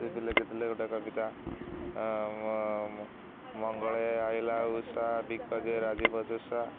ସେ ବି ଲେଖିଥିଲେ ଗୋଟେ କବିତା ମଙ୍ଗଳେ ଅଇଲା ଉଷା ବିକଚ ରାଜୀବ ଦୃଶା